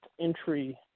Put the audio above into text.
entry